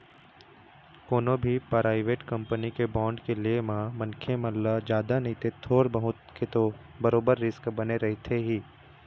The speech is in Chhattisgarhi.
कोनो भी पराइवेंट कंपनी के बांड के ले म मनखे मन ल जादा नइते थोर बहुत के तो बरोबर रिस्क बने रहिथे ही